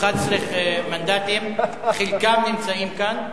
11 מנדטים, חלקם נמצאים כאן,